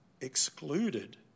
excluded